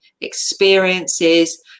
experiences